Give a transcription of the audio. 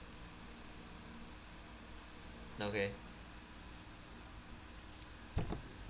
uh okay